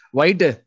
White